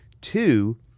Two